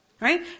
right